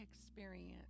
experience